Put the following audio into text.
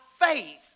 faith